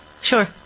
sure